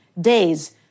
days